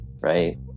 right